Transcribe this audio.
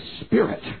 spirit